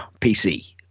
PC